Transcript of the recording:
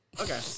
Okay